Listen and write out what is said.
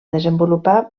desenvolupar